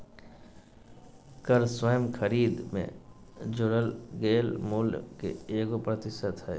कर स्वयं खरीद में जोड़ल गेल मूल्य के एगो प्रतिशत हइ